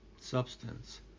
substance